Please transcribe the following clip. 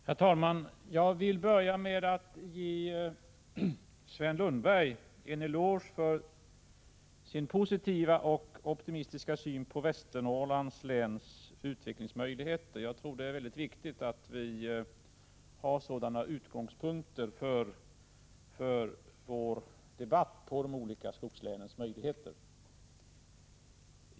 Herr talman! Jag vill börja med att ge Sven Lundberg en eloge för hans positiva och optimistiska syn på Västernorrlands läns utvecklingsmöjligheter. Jag tror att det är viktigt att vi har sådana utgångspunkter för vår debatt om de olika skogslänens möjligheter.